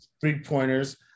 three-pointers